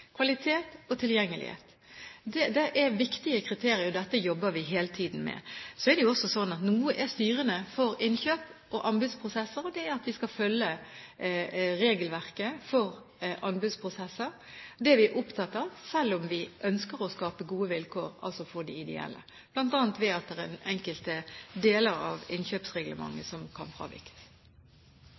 kvalitet og tilgjengelighet som skal telle mest. Det er viktige kriterier, og dette jobber vi hele tiden med. Det er også slik at noe er styrende for innkjøp og anbudsprosesser. Det er at vi skal følge regelverket for anbudsprosesser. Det er vi opptatt av, selv om vi ønsker å skape gode vilkår for de ideelle, bl.a. ved at det er enkelte deler av innkjøpsreglementet som kan fravikes.